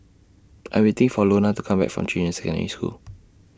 I'm waiting For Lona to Come Back from Junyuan Secondary School